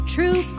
True